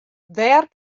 wêr